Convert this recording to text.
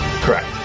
Correct